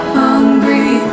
hungry